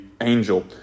angel